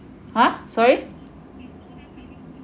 !huh! sorry